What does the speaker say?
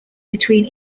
between